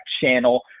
channel